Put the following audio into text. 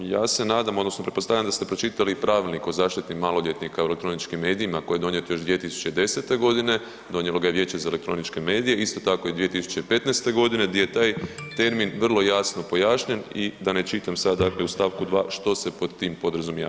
Ja se nadam odnosno pretpostavljam da ste pročitali i pravilnik o zaštiti maloljetnika u elektroničkim medijima koji je donijet još 2010. godine, donijelo ga je vijeće za elektroničke medije, isto tako i 2015. godine gdje je taj termin vrlo jasno pojašnjen i da ne čitam sad dakle u stavku 2. što ste pod tim podrazumijeva.